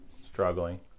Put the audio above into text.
struggling